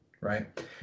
right